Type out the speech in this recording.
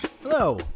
Hello